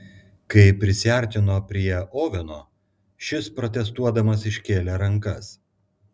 kai prisiartino prie oveno šis protestuodamas iškėlė rankas